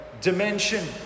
dimension